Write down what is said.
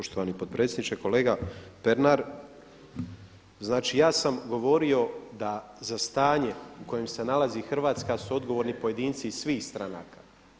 Poštovani potpredsjedniče, kolega Pernar znači ja sam govorio da za stanje u kojem se nalazi Hrvatska su odgovorni pojedinci iz svih stranaka.